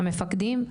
המפקדים,